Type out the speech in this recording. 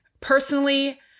Personally